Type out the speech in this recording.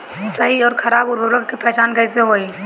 सही अउर खराब उर्बरक के पहचान कैसे होई?